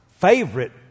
favorite